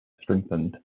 strengthened